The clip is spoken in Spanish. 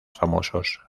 famosos